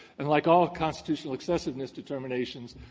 and like all constitutional excessiveness determinations,